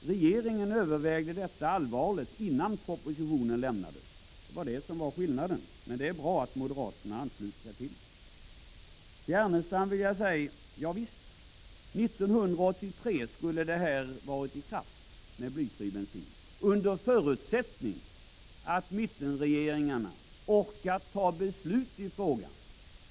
Regeringen övervägde detta allvarligt innan propositionen lämnades. Det var det som var skillnaden. Men det är bra att moderaterna ansluter sig till den. Till Lars Ernestam vill jag säga: Ja visst, 1983 skulle bestämmelsen om blyfri bensin ha varit i kraft — under förutsättning att mittenregeringarna orkat ta beslut i frågan.